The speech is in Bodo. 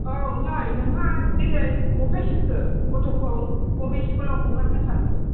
औ नै नोंहा देग्लाय अफाय सोखो गथ'खौ अबे स्कुलाव हगारनो सानखो